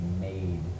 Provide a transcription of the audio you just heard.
made